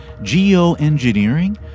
geoengineering